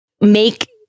make